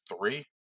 three